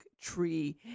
tree